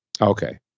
Okay